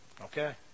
Okay